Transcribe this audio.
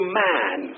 man